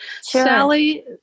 Sally